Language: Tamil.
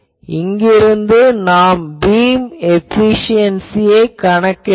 இங்கிருந்து நாம் பீம் ஏபிசியென்சியைக் கணக்கிடலாம்